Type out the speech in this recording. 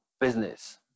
business